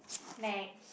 next